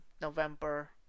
November